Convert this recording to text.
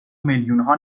میلیونها